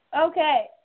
Okay